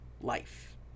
life